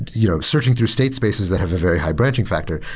you know searching through state spaces that have a very high branching factor.